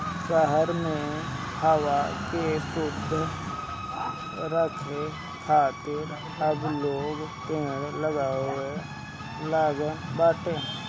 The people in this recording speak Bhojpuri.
शहर में हवा के शुद्ध राखे खातिर अब लोग पेड़ लगावे लागल बाटे